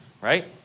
right